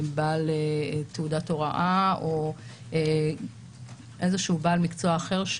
בעל תעודת הוראה או איזשהו בעל מקצוע אחר,